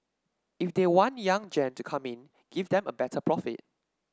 if they want young gen to come in give them a better profit